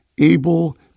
able